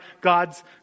God's